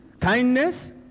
kindness